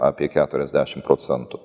apie keturiasdešim procentų